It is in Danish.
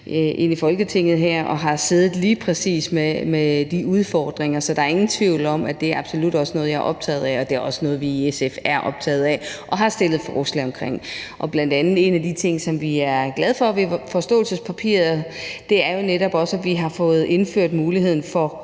ind i Folketinget, og har siddet lige præcis med de udfordringer, så der er ingen tvivl om, at det absolut også er noget, jeg er optaget af, og det er også noget, vi i SF er optaget af og har stillet forslag om. Og en af de ting, som vi bl.a. er glade for ved forståelsespapiret, er jo netop også, at vi har fået indført muligheden for